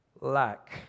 lack